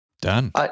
Done